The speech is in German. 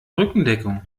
rückendeckung